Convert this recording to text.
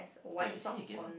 okay you see again